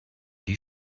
die